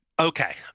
Okay